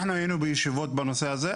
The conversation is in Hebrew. אנחנו היינו בישיבות בנושא הזה.